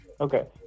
Okay